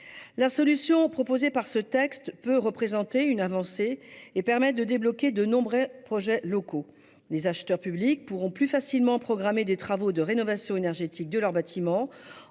La solution prévue par ce texte peut représenter une avancée et permettre de débloquer de nombreux projets locaux : les acheteurs publics pourront plus facilement programmer des travaux de rénovation énergétique de leurs bâtiments,